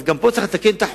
אז גם פה צריך לתקן את החוק,